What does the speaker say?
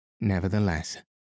Nevertheless